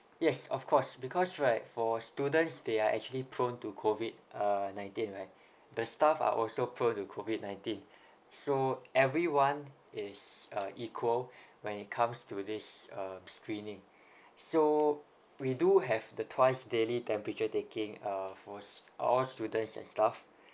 yes of course because right for students they are actually prone to COVID uh nineteen right the staff are also prone to COVID nineteen so everyone is uh equal when it comes to this um screening so we do have the twice daily temperature taking uh fors~ all students and staff